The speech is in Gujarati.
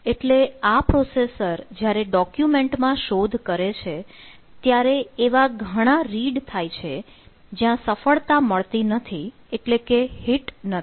એટલે આ પ્રોસેસર જ્યારે ડોક્યુમેન્ટમાં શોધ કરે છે ત્યારે એવા ઘણા read થાય છે જ્યાં સફળતા મળતી નથી એટલે કે હિટ નથી